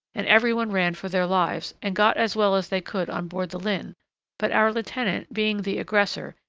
and every one ran for their lives, and got as well as they could on board the lynne but our lieutenant being the aggressor,